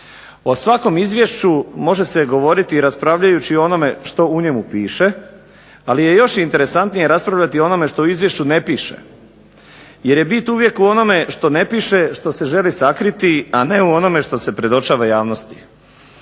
o svakom izvješću može se govoriti i raspravljajući o onome što u njemu piše, ali je još interesantnije raspravljati o onome što u izvješću ne piše. Jer je bit uvijek u onome što ne piše, što se želi sakriti, a ne u onome što se predočava javnosti.